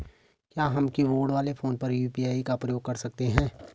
क्या हम कीबोर्ड वाले फोन पर यु.पी.आई का प्रयोग कर सकते हैं?